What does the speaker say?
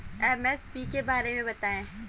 MSP के बारे में बतायें?